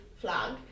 flag